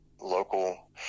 local